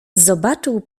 zobaczył